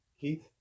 Keith